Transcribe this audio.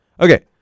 Okay